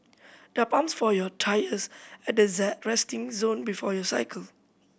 there are pumps for your tyres at the resting zone before you cycle